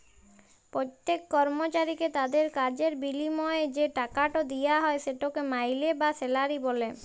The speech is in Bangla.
প্যত্তেক কর্মচারীকে তাদের কাজের বিলিময়ে যে টাকাট দিয়া হ্যয় সেটকে মাইলে বা স্যালারি ব্যলে